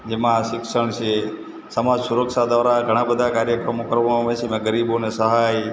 જેમાં શિક્ષણ છે સમાજ સુરક્ષા દ્વારા ઘણા બધા કાર્યક્રમો કરવામાં આવે છે જેમાં ગરીબોને સહાય